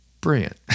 Brilliant